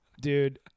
Dude